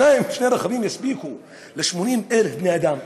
שני רכבים יספיקו ל-80,000 בני אדם?